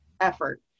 effort